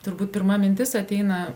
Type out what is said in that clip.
turbūt pirma mintis ateina